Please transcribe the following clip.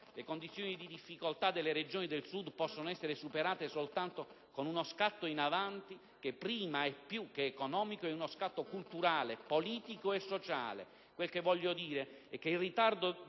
le condizioni di difficoltà delle Regioni del Sud possono essere superate soltanto con uno scatto in avanti che - prima e più che economico - è culturale, politico e sociale.